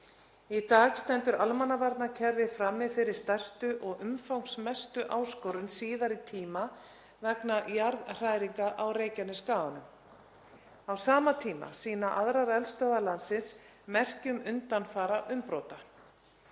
Í dag stendur almannavarnakerfið frammi fyrir stærstu og umfangsmestu áskorun síðari tíma vegna jarðhræringa á Reykjanesskaganum. Á sama tíma sýna aðrar eldstöðvar landsins merki um undanfara umbrota.